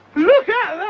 look at